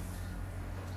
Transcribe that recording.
orh